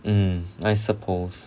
mm I suppose